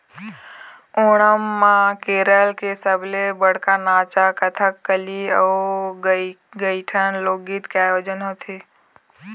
ओणम म केरल के सबले बड़का नाचा कथकली अउ कइठन लोकगीत के आयोजन होथे